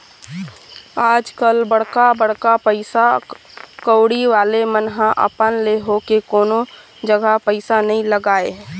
आजकल बड़का बड़का पइसा कउड़ी वाले मन ह अपन ले होके कोनो जघा पइसा नइ लगाय